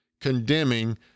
condemning